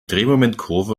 drehmomentkurve